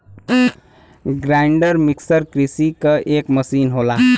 grinder mixer कृषि क एक मसीन होला